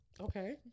okay